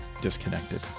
disconnected